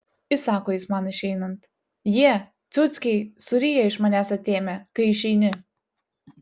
įsako jis man išeinant jie ciuckiai suryja iš manęs atėmę kai išeini